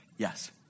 Yes